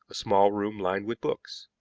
a small room lined with books.